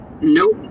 Nope